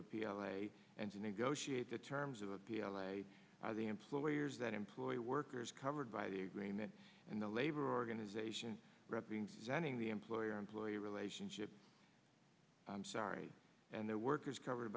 a p l a and to negotiate the terms of d l a the employers that employ workers covered by the agreement and the labor organization representing the employer employee relationship i'm sorry and the workers covered